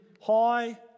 high